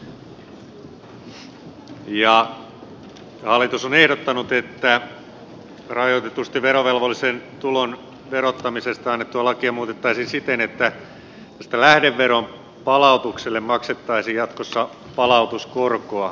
hallitus on ehdottanut että rajoitetusti verovelvollisen tulon verottamisesta annettua lakia muutettaisiin siten että lähdeveron palautukselle maksettaisiin jatkossa palautuskorkoa